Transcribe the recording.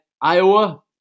Iowa